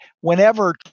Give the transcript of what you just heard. whenever